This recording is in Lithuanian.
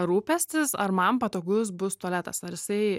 rūpestis ar man patogus bus tualetas ar jisai